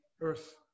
earth